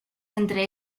entre